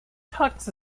tux